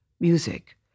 music